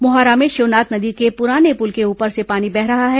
मोहारा में शिवनाथ नदी के पुराने पुल के ऊपर से पानी बह रहा है